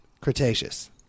Cretaceous